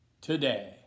today